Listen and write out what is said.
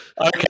Okay